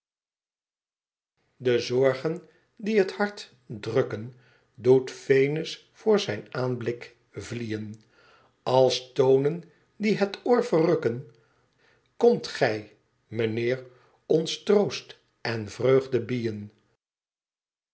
de zorgen die het harte drukken doet venus voor zijn aanblik vlién als tonen die het oor verrukken komt gij meneer ons troost en vreugde biên